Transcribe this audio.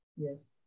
yes